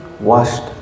washed